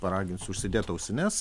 paraginsiu užsidėt ausines